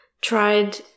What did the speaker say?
Tried